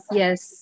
yes